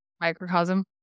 microcosm